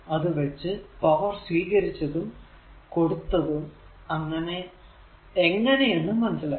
അത് വച്ച് പവർ സ്വീകരിച്ചതും കൊടുത്തതും എങ്ങനെ എന്നും മനസ്സിലാക്കി